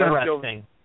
interesting